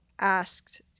asked